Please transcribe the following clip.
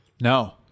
No